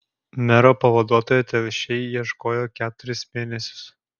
mero pavaduotojo telšiai ieškojo keturis mėnesius